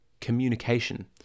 communication